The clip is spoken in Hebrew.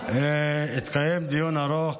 התקיים דיון ארוך,